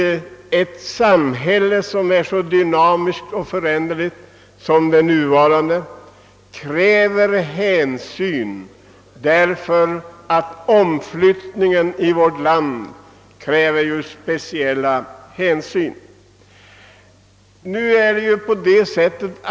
Ett samhälle som är så dynamiskt och föränderligt som vårt kräver nämligen att speciella hänsyn tas vid omflyttningar.